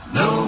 no